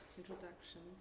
introduction